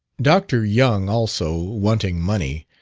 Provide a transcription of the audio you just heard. dr. young also, wanting money,